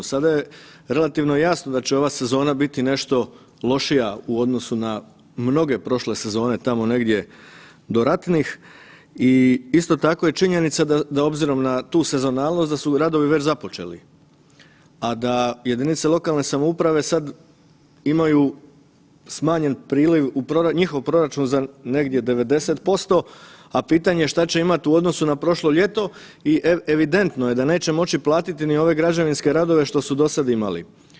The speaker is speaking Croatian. Sada je relativno jasno da će ova sezona biti nešto lošija u odnosu na mnoge prošle sezone tamo negdje do ratnih i isto tako je činjenica da obzirom na tu sezonalnost da su radovi već započeli, a da jedinice lokalne samouprave imaju smanjen priliv u njihov proračun za negdje 90%, a pitanje šta će imati u odnosu na prošlo ljeto i evidentno je da neće moći platiti ni ove građevinske radove što su do sada imali.